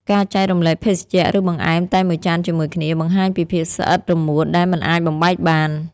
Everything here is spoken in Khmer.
ការចែករំលែកភេសជ្ជៈ ឬបង្អែមតែមួយចានជាមួយគ្នា បង្ហាញពីភាពស្អិតរមួតដែលមិនអាចបំបែកបាន។